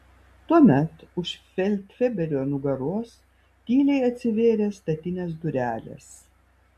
tuomet už feldfebelio nugaros tyliai atsivėrė statinės durelės